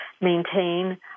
maintain